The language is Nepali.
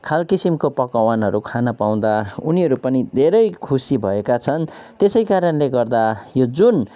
खाल किसिमको पकवानहरू खान पाउँदा उनीहरू पनि धेरै खुसी भएका छन् त्यसैकारणले गर्दा यो जुन